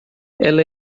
ela